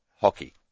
hockey